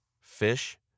fish